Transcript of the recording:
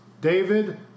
David